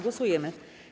Głosujemy.